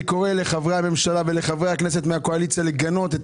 אני קורא לחברי הממשלה ולחברי הכנסת מן הקואליציה לגנות את